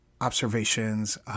observations